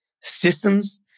systems